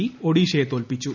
C ഒഡീഷയെ തോൽപിച്ചു